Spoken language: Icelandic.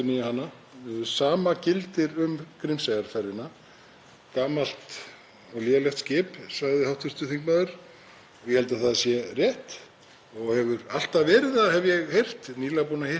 og hefur alltaf verið það, hef ég heyrt, ég er nýlega búinn að hitta þar heimamenn sem voru með fínar hugmyndir og óskir. Svarið er auðvitað já, ráðherra mun beita sér fyrir því,